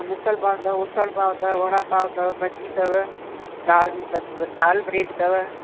मिसल पाव अथव उसल पाव अथव वड़ा पाव अथव भजी अथव दाल द दाल ब्रेड अथव